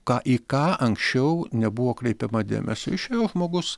ką į ką anksčiau nebuvo kreipiama dėmesio išėjo žmogus